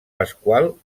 pasqual